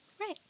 right